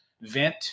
vent